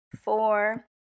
four